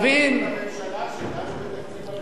זו היתה פעם ראשונה בתולדות הממשלה שדנו בתקציב הביטחון.